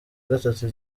gatatu